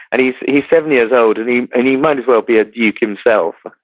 and he's he's seven years old and he and he might as well be a duke himself